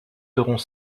seront